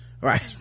right